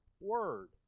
word